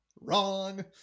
Wrong